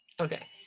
okay